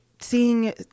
seeing